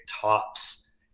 tops